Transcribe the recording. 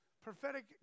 prophetic